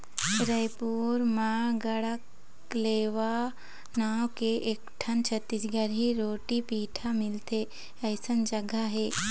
रइपुर म गढ़कलेवा नांव के एकठन छत्तीसगढ़ी रोटी पिठा मिलथे अइसन जघा हे